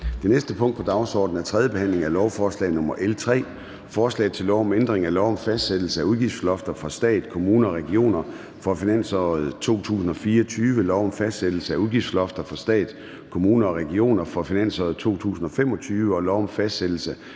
Det næste punkt på dagsordenen er: 3) 3. behandling af lovforslag nr. L 3: Forslag til lov om ændring af lov om fastsættelse af udgiftslofter for stat, kommuner og regioner for finansåret 2024, lov om fastsættelse af udgiftslofter for stat, kommuner og regioner for finansåret 2025 og lov om fastsættelse